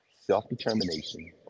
self-determination